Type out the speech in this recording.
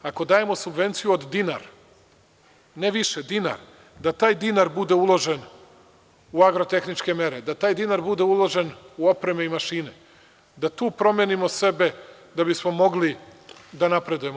Ako dajemo subvenciju od dinar, ne više, dinar, da taj dinar bude uložen u agrotehničke mere, da taj dinar bude uložen u opreme i mašine, da tu promenimo sebe da bismo mogli da napredujemo.